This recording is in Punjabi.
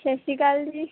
ਸਤਿ ਸ਼੍ਰੀ ਅਕਾਲ ਜੀ